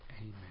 Amen